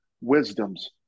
wisdoms